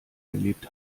erlebt